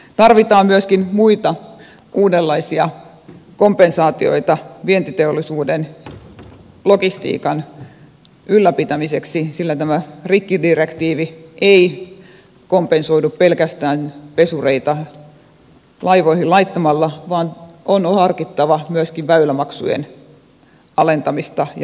tarvitaan myöskin muita uudenlaisia kompensaatioita vientiteollisuuden logistiikan ylläpitämiseksi sillä tämä rikkidirektiivi ei kompensoidu pelkästään pesureita laivoihin laittamalla vaan on harkittava myöskin väylämaksujen alentamista ja muita toimenpiteitä